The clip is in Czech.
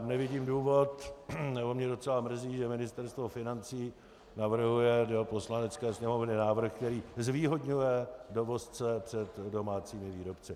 Nevidím důvod, nebo mě docela mrzí, že Ministerstvo financí navrhuje do Poslanecké sněmovny návrh, který zvýhodňuje dovozce před domácími výrobci.